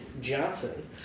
Johnson